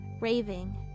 raving